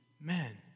men